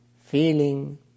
feeling